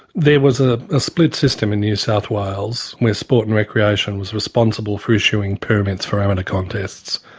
there was a ah split system in new south wales where sport and recreation was responsible for issuing permits for amateur contests,